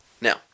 Now